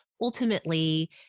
ultimately